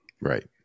Right